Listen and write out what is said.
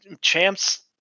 champs